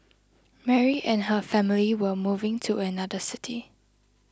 Mary and her family were moving to another city